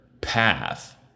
path